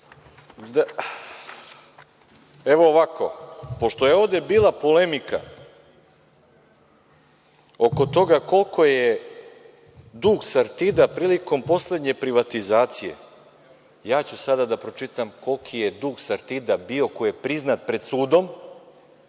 zlato. Pošto je ovde bila polemika oko toga kolko je dug „Sartida“ prilikom poslednje privatizacije, ja ću sada da pročitam koliki je dug „Sartida“ bio koji je priznat pred sudom